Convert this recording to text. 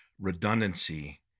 redundancy